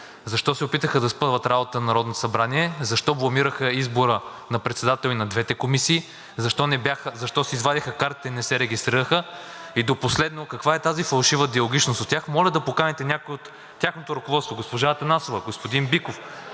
Защо се опитаха да спъват работата на Народното събрание? Защо бламираха избора на председатели и на двете комисии? Защо си извадиха картите и не се регистрираха? И последно, каква е тази фалшива диалогичност от тях? Моля да поканите някой от тяхното ръководство – госпожа Атанасова, господин Биков